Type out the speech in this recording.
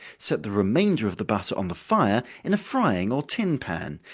set the remainder of the butter on the fire, in a frying or tin pan,